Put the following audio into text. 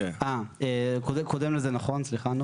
נכון, סליחה.